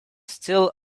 still